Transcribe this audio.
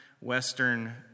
Western